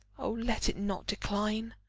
o let it not decline!